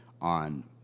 on